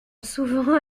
souvent